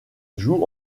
joue